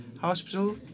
hospital